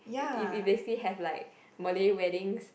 if if basically have like Malay weddings